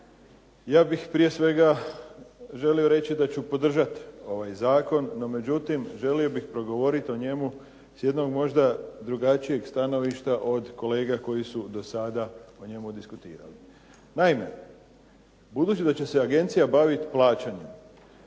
Ja bih prije svega želio reći da ću podržati ovaj zakon, no međutim želio bih progovoriti o njemu s jednog drugo stanovišta od kolega koji su do sada o njemu diskutirali. Naime, budući da će se agencija baviti plaćanja